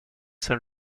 saint